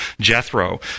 Jethro